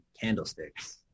candlesticks